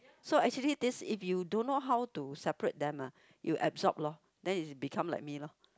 so actually this if you don't know how to separate them ah you absorb lor then is become like me lor